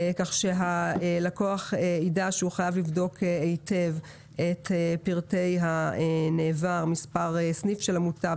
כך שהלקוח ידע שהוא חייב לבדוק היטב את הפרטים כמו מספר סניף של המוטב,